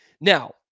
Now